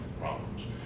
problems